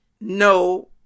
no